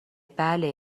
بله